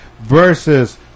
versus